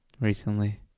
recently